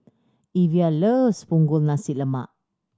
Evia loves Punggol Nasi Lemak